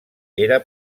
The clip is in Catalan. era